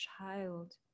child